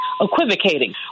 equivocating